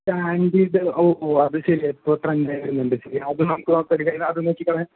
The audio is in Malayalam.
ക്യാൻഡിഡ് ഓഹ് ഓഹ് അതുശെരിയാ ഇപ്പോൾ ട്രെൻഡ് ആയി വരുന്നുണ്ട് അതു നമുക്ക് നോക്കാം അതും നോക്കിക്കളയാം